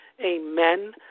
Amen